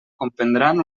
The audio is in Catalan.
comprendran